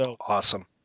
Awesome